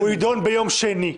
-- הוא יידון ביום שני.